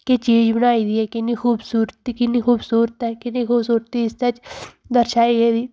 केह् चीज़ बनाई दी ऐ किन्नी खूबसूरती किन्नी खूबसूरत ऐ किन्नी खूबसूरती ऐ इसदे च दर्शाई गेदी